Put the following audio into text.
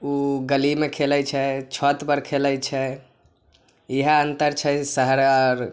ओ गलीमे खेलै छै छत पर खेलै छै इएह अंतर छै शहर आओर